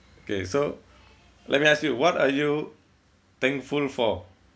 okay so let me ask you what are you thankful for